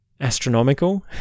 astronomical